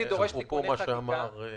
אפרופו מה שאמר חבר הכנסת מיקי זוהר.